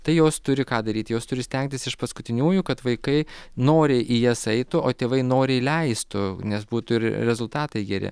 tai jos turi ką daryti jos turi stengtis iš paskutiniųjų kad vaikai noriai į jas eitų o tėvai noriai leistų nes būtų ir rezultatai geri